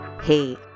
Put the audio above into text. Hey